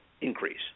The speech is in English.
increase